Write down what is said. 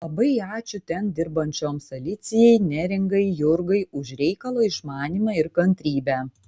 labai ačiū ten dirbančioms alicijai neringai jurgai už reikalo išmanymą ir kantrybę